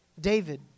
david